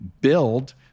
build